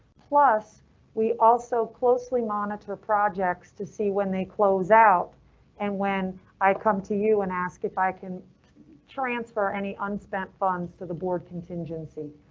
plus we also closely monitor projects to see when they close out and when i come to you and ask if i can transfer any unspent funds to the board contingency.